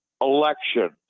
election